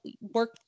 work